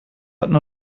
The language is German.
hatten